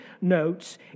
notes